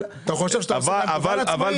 אתה חושב שאתה עושה טובה לעצמאים?